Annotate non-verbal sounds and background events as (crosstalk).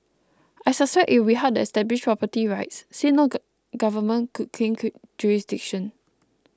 I suspect it would be hard to establish property rights since no (unintelligible) jurisdiction